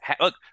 look